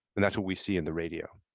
and that's what we see in the radio.